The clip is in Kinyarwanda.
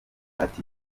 ati